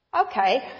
okay